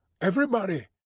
Everybody